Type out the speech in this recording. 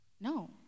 no